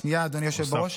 שנייה, אדוני היושב בראש.